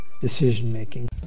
decision-making